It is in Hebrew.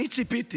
אני ציפיתי